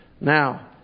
Now